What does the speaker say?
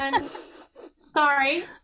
Sorry